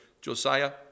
Josiah